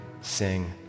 sing